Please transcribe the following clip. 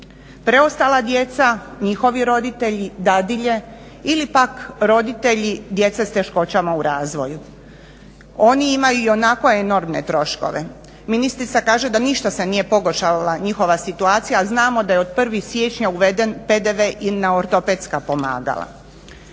Preostala djeca, njihovi roditelji, dadilje ili pak roditelji djece s teškoćama u razvoju. Oni imaju ionako enormne troškove. Ministrica kaže da ništa se nije pogoršala njihova situacija, a znamo da je od 1. siječnja uveden PDV i na ortopedska pomagala.